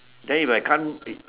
then if I can't